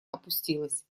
опустилась